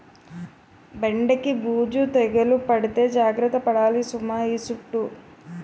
బెండకి బూజు తెగులు పడితే జాగర్త పడాలి సుమా ఈ సుట్టూ